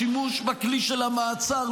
השימוש בכלי של המעצר,